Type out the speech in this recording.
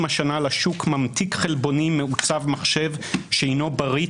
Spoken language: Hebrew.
השנה לשוק ממתיק חלבונים מעוצב מחשב שהינו בריא,